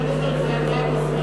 תשאל אותו אם זה על דעת ישראל